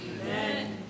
Amen